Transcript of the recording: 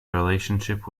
relationship